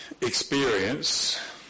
experience